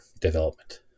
development